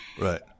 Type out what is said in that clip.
Right